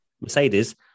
Mercedes